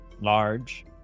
large